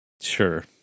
Sure